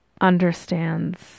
understands